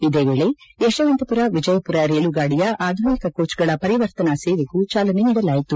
ಇದೇ ವೇಳೆ ಯಶವಂತಮರ ವಿಜಯಮರ ರೈಲುಗಾಡಿಯ ಆಧುನಿಕ ಕೋಚ್ಗಳ ಪರಿವರ್ತನಾ ಸೇವೆಗೂ ಚಾಲನೆ ನೀಡಲಾಯಿತು